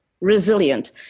resilient